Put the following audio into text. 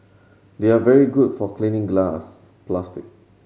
they are very good for cleaning glass plastic